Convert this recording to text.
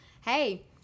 hey